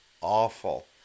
awful